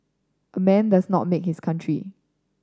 a man does not make is a country